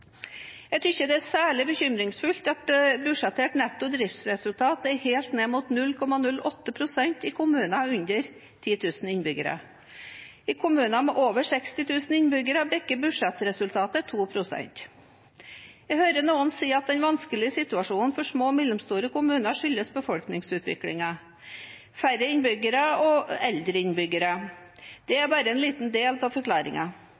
Jeg synes det er særlig bekymringsfullt at budsjettert netto driftsresultat er helt ned mot 0,08 pst. i kommuner med under 10 000 innbyggere. I kommuner med over 60 000 innbyggere bikker budsjettresultatet 2 pst. Jeg hører noen si at den vanskelige situasjonen for små og mellomstore kommuner skyldes befolkningsutviklingen – færre og eldre innbyggere. Det er bare en liten del av